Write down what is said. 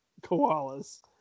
koalas